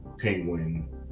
Penguin